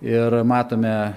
ir matome